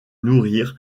nourrir